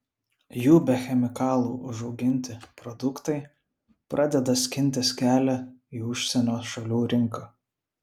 jų be chemikalų užauginti produktai pradeda skintis kelią į užsienio šalių rinką